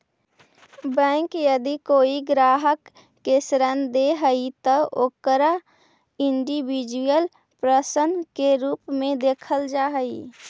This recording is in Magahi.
बैंक यदि कोई ग्राहक के ऋण दे हइ त ओकरा इंडिविजुअल पर्सन के रूप में देखल जा हइ